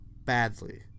badly